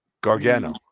Gargano